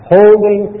holding